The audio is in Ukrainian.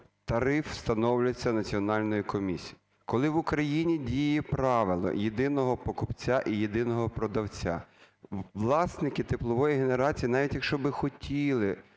тариф встановлюється національною комісією. Коли в Україні діє правило єдиного покупця і єдиного продавця, власники теплової генерації, навіть якщо би хотіли